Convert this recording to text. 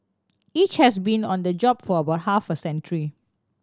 each has been on the job for about half a century